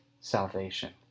salvation